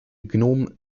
gnom